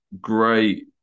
great